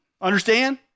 Understand